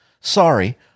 sorry